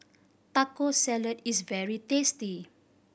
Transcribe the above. Taco Salad is very tasty